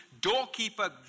doorkeeper